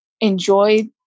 enjoy